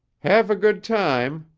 have a good time,